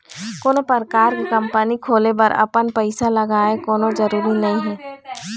कोनो परकार के कंपनी खोले बर अपन पइसा लगय कोनो जरुरी नइ हे